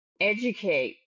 educate